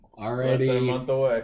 Already